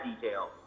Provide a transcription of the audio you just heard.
detail